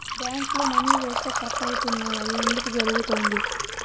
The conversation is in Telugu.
బ్యాంక్లో మని వేస్తే కట్ అవుతున్నాయి అది ఎందుకు జరుగుతోంది?